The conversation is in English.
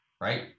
right